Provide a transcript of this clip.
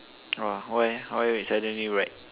orh why ah why we suddenly ride